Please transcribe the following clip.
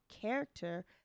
character